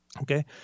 Okay